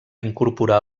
incorporar